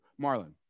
marlon